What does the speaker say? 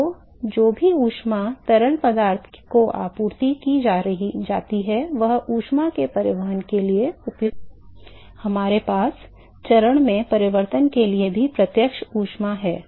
तो जो भी ऊष्मा तरल पदार्थ को आपूर्ति की जाती है वह ऊष्मा के परिवहन के लिए उपयोग की जा रही है हमारे पास चरण में परिवर्तन के लिए भी प्रत्यक्ष ऊष्मा है